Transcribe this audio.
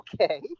okay